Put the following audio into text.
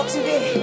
today